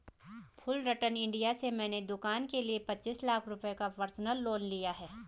Fullerton India से मैंने दूकान के लिए पचीस लाख रुपये का पर्सनल लोन लिया है